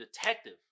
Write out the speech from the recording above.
detective